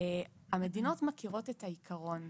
המדינות מכירות את העיקרון.